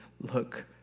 look